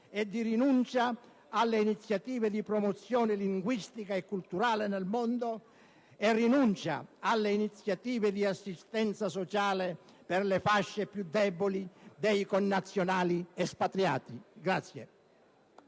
e di rinuncia alle iniziative di promozione linguistica e culturale nel mondo e alle iniziative di assistenza sociale per le fasce più deboli dei connazionali espatriati.